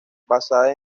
basada